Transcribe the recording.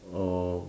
or